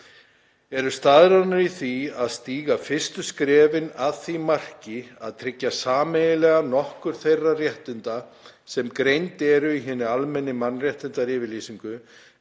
eru staðráðnar í því að stíga fyrstu skrefin að því marki að tryggja sameiginlega nokkur þeirra réttinda, sem greind eru í hinni almennu mannréttindayfirlýsingu,